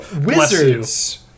wizards